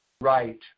right